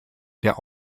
der